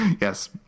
Yes